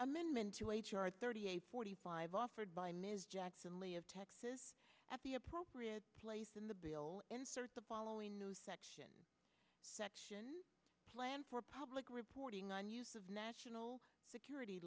r thirty eight forty five offered by ms jackson lee of texas at the appropriate place in the bill insert the following section section plan for public reporting on national security